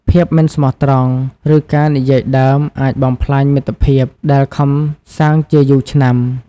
ភាពមិនស្មោះត្រង់ ឬការនិយាយដើមអាចបំផ្លាញមិត្តភាពដែលខំសាងជាយូរឆ្នាំ។